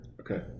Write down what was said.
Okay